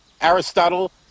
Aristotle